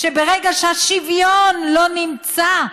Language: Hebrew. ברגע שהשוויון לא נמצא,